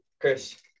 chris